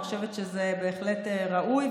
אני חושבת שזה בהחלט ראוי.